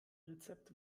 rezept